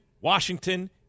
Washington